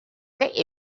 they